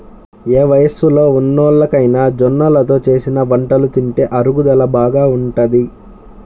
ఏ వయస్సులో ఉన్నోల్లకైనా జొన్నలతో చేసిన వంటలు తింటే అరుగుదల బాగా ఉంటది